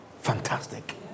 fantastic